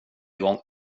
igång